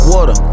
Water